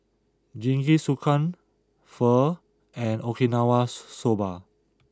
Jingisukan Pho and Okinawa Soba